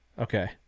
okay